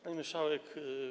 Pani Marszałek!